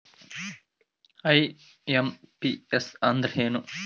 IMPS ಅಂದ್ರ ಏನು?